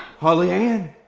holly-ann?